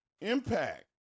Impact